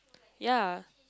ya